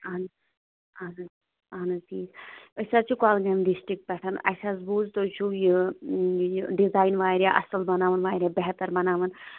اَہَن حظ اَہَن حظ اَہَن حظ ٹھیٖک أسۍ حظ چھِ کولہٕ گامہِ ڈِسٹرک پٮ۪ٹھ اَسہِ حظ بوٗز تُہۍ چھُو یہِ یہِ ڈِزاین وارِیاہ اَصٕل بَناوان وارِیاہ بہتر بَناوان